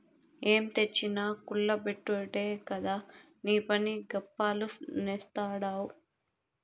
ఏం తెచ్చినా కుల్ల బెట్టుడే కదా నీపని, గప్పాలు నేస్తాడావ్